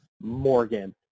Morgan